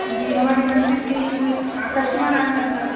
जी हमारे मंदिर का ही कोई कस्टमर आ जाएगा